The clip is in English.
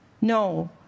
No